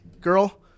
girl